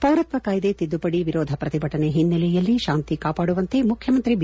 ಪೌರತ್ತ ಕಾಯ್ನೆ ತಿದ್ಲುಪಡಿ ವಿರೋಧ ಪ್ರತಿಭಟನೆ ಹಿನ್ನಲೆ ರಾಜ್ಯದಲ್ಲಿ ಶಾಂತಿ ಕಾಪಾಡುವಂತೆ ಮುಖ್ಯಮಂತ್ರಿ ಬಿ